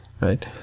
right